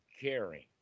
caring